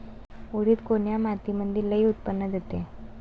उडीद कोन्या मातीमंदी लई उत्पन्न देते?